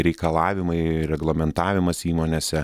reikalavimai reglamentavimas įmonėse